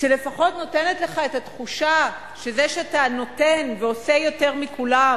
שלפחות נותנת לך את התחושה שזה שאתה נותן ועושה יותר מכולם